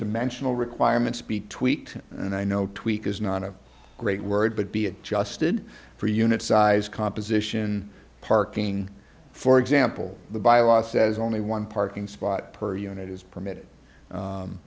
de mentioned all requirements be tweaked and i know tweak is not a great word but be adjusted for unit size composition parking for example the bylaws says only one parking spot per unit is permitted